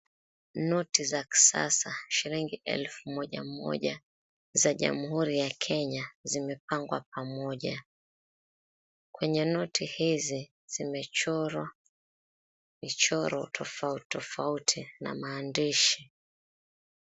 Noti za kisasa shilingi elfu moja moja za jamhuri ya Kenya zimepangwa pamoja. Kwenye noti hizi zimechorwa michoro tofauti tofauti na maandishi.